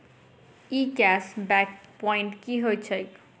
ई cash back point की होइत छैक?